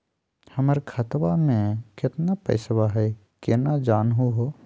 हमर खतवा मे केतना पैसवा हई, केना जानहु हो?